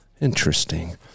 Interesting